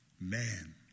man